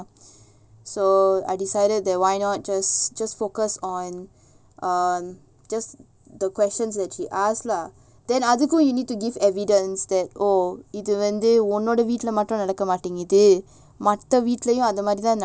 so I decided that why not just just focus on on um just the questions that she ask lah அதுக்குஇன்னைக்கு:adhuku innaiku you need to give evidence than oh இதுவந்துஉன்னோடவீட்லமட்டும்நடக்கமாட்டேங்குதுமத்தவீட்லயும்அதுமாதிரிதான்:idhu vandhu unnoda veetla mattum nadakka matenguthu maththa veetlayum adhu madhirithan